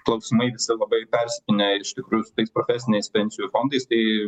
klausimai savabai persipinę iš tikrųjų su tais profesiniais pensijų fondais tai